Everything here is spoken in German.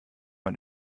man